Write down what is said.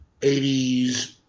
80s